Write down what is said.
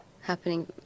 happening